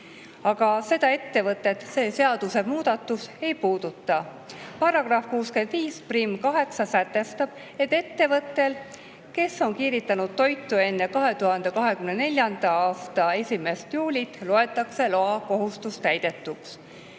aga seda ettevõtet see seadusemuudatus ei puuduta. Paragrahv 658sätestab, et ettevõttel, kes on kiiritanud toitu enne 2024. aasta 1. juunit, loetakse loakohustus täidetuks.